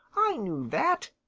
i knew that,